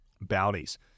Bounties